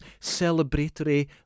celebratory